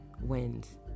wins